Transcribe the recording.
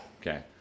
Okay